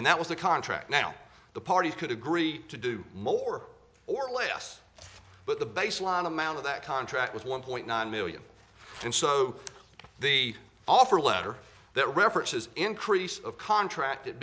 and that was the contract now the parties could agree to do more or less but the baseline amount of that contract was one point nine million and so the offer letter that references increase of contracted